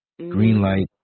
Greenlight